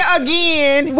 again